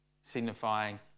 signifying